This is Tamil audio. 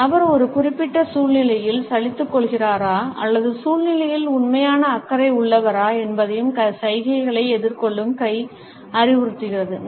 ஒரு நபர் ஒரு குறிப்பிட்ட சூழ்நிலையில் சலித்துக்கொள்கிறாரா அல்லது சூழ்நிலையில் உண்மையான அக்கறை உள்ளவரா என்பதையும் சைகைகளை எதிர்கொள்ளும் கை அறிவுறுத்துகிறது